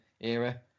era